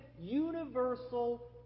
universal